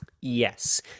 yes